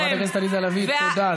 חברת הכנסת עליזה לביא, תודה.